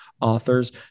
authors